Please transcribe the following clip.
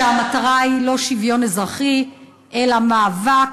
המטרה היא לא שוויון אזרחי אלא מאבק